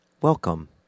welcome